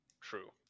true